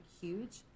huge